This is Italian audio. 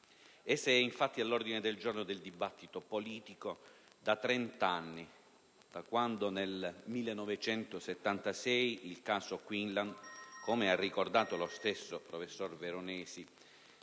Essa è infatti all'ordine del giorno del dibattito politico da trent'anni, da quando nel 1976 il caso Quinlan, come ha ricordato lo stesso professor Veronesi,